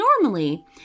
Normally